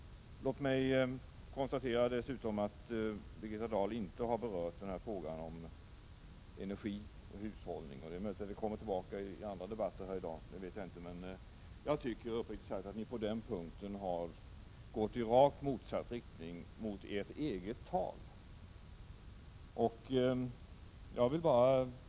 Låt mig dessutom konstatera att Birgitta Dahl inte har berört frågan om energi och hushållning. Det är möjligt att den frågan återkommer i debatten i dag. På den punkten tycker jag emellertid uppriktigt sagt att ni har gått i rakt motsatt riktning mot ert eget tal.